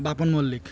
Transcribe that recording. Bapan Mallick